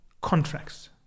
contracts